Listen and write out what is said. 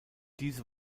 diese